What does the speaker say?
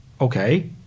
okay